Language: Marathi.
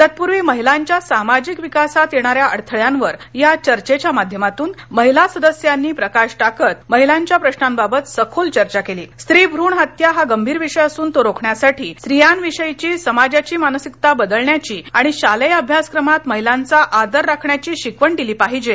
तत्पूर्वी महिलांच्या सामाजिक विकासात येणाऱ्या अडथळ्यांवर या चर्चेच्या माध्यमातून महिला सदस्यांनी प्रकाश टाकत महिलांच्या प्रश्नांबाबत सखोल चर्चा केली स्त्री भृण हत्या हा गंभीर विषय असून तो रोखण्यासाठी स्त्रियांविषयीची समाजाची मानसिकता बदलण्याची आणि शालेय अभ्यासक्रमात महिलांचा आदर राखण्याची शिकवण दिली पाहिजे